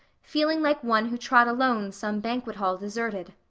feeling like one who trod alone some banquet hall deserted,